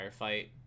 Firefight